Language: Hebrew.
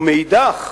ומאידך,